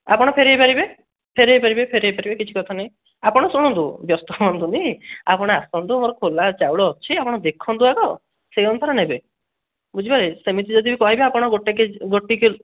ଆପଣ ଫେରାଇପାରିବେ ଫେରାଇପାରିବେ ଫେରାଇପାରିବେ କିଛି କଥା ନାହିଁ ଆପଣ ଶୁଣନ୍ତୁ ବ୍ୟସ୍ତ ହୁଅନ୍ତୁନି ଆପଣ ଆସନ୍ତୁ ମୋର ଖୋଲା ଅଛି ଚାଉଳ ଅଛି ଆପଣ ଦେଖନ୍ତୁ ଆଗ ସେହି ଅନୁସାରେ ନେବେ ବୁଝିପାରିଲେ ସେମିତି ଯଦି ବି କହିବେ ଆପଣ ଗୋଟେ କେ ଜି ଗୋଟେ କିଲୋ